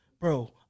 Bro